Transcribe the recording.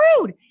rude